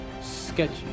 sketchy